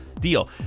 deal